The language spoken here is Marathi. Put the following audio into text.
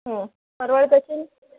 हो परवडत असेल